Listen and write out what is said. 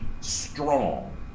strong